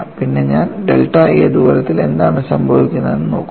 പിന്നെ ഞാൻ delta a ദൂരത്തിൽ എന്താണ് സംഭവിക്കുന്നതെന്ന് നോക്കുന്നു